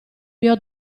mio